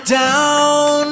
down